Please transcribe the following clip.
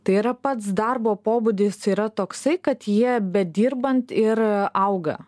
tai yra pats darbo pobūdis yra toksai kad jie bedirbant ir auga